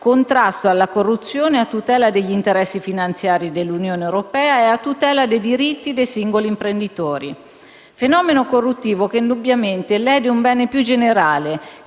contrasto alla corruzione a tutela degli interessi finanziari dell'Unione europea e a tutela dei diritti dei singoli imprenditori; fenomeno corruttivo che indubbiamente lede un bene più generale,